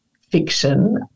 fiction